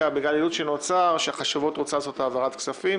בגלל שהחשבות רוצה לעשות העברת כספים